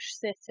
City